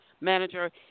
manager